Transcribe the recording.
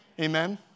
Amen